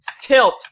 Tilt